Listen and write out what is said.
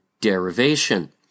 derivation